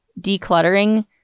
decluttering